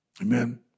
Amen